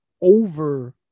over